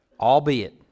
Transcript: Albeit